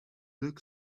look